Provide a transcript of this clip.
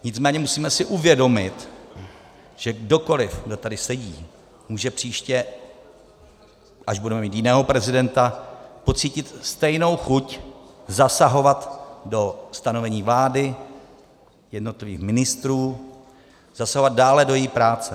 Nicméně musíme si uvědomit, že kdokoli, kdo tady sedí, může příště, až budeme mít jiného prezidenta, pocítit stejnou chuť zasahovat do stanovení vlády, jednotlivých ministrů, zasahovat dále do její práce.